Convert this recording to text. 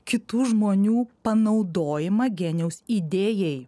kitų žmonių panaudojimą genijaus idėjai